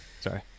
Sorry